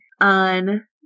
On